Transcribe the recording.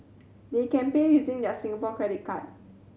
they can pay using their Singapore credit card